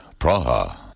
Praha